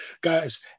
Guys